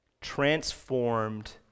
Transformed